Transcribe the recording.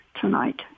tonight